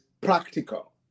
practical